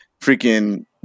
freaking